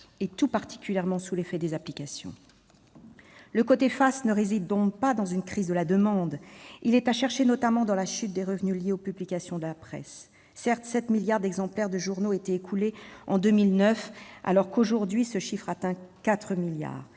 tout particulièrement sous l'effet des applications. Le côté face ne réside donc pas dans une crise de la demande ; il est à chercher notamment dans la chute des revenus liés aux publications de presse. Certes, 7 milliards d'exemplaires de journaux étaient écoulés en 2009, alors qu'aujourd'hui ce chiffre atteint 4 milliards